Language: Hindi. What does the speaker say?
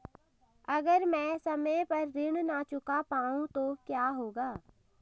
अगर म ैं समय पर ऋण न चुका पाउँ तो क्या होगा?